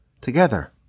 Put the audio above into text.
together